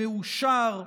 מאושר,